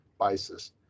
basis